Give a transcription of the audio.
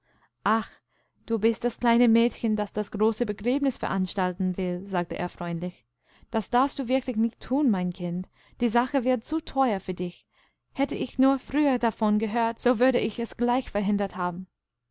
ach dubistdas kleine mädchen das das große begräbnis veranstalten will sagte er freundlich das darfst du wirklich nicht tun mein kind die sache wird zu teuer für dich hätte ich nur früher davon gehört so würde ich es gleich verhinderthaben